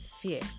fear